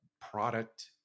product